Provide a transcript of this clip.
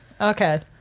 Okay